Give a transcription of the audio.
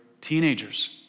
teenagers